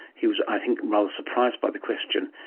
he was, i think, rather surprised by the question,